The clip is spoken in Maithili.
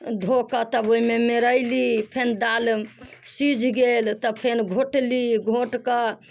धो कऽ तब ओहिमे मेरयली फेन दालि सीझ गेल तब फेन घोटली घोटके फेन